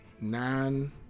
Nine